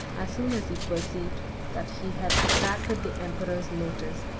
as soon as he perceived that he had attracted the emperor's notice,